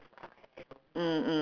mm